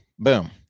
Boom